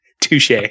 touche